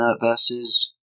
versus